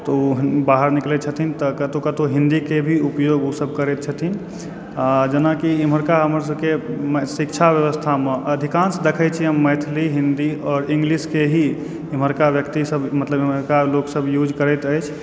तऽ ओ बाहर निकलय छथिन तऽ कतहुँ कतहुँ हिन्दीके भी उपयोग ओसभ करय छथिन जेनाकि इम्हरका हमरसभकेँ शिक्षा व्यवस्थामे अधिकांश देखय छी हम मैथिली हिन्दी आओर इंग्लिशके ही इम्हरका व्यक्तिसभ मतलब इम्हरका लोकसभ यूज करैत अछि